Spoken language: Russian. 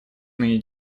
ныне